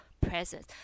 presence